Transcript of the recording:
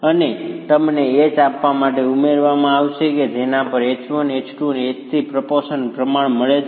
અને તમને H આપવા માટે ઉમેરવામાં આવશે કે જેના પરથી H1 H2 અને H3 પ્રપોર્સન પ્રમાણ મળે છે